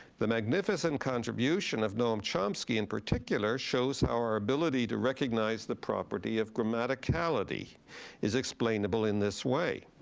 the magnificent contribution of noam chomsky, in particular, shows our ability to recognize the property of grammaticality is explainable in this way.